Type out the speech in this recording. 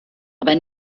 aber